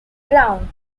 ground